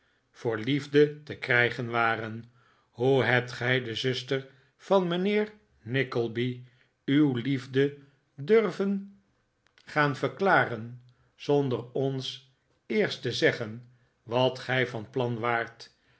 voor liefde te krijgen waren hoe hebt gij de zuster van mijnheer nickleby uw liefde durven zonder ons eerst te zeggen wat gij van plan waart